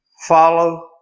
follow